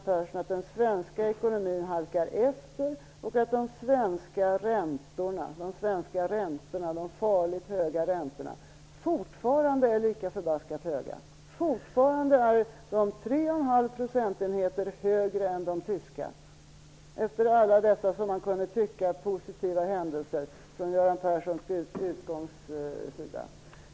Fortfarande är de ju 3,5 procentenheter högre än de tyska. Och det är de efter alla dessa från Göran Perssons utgångspunkt, som man skulle kunna tycka, positiva händelser.